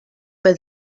but